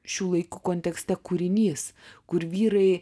šių laikų kontekste kūrinys kur vyrai